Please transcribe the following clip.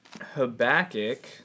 Habakkuk